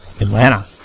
atlanta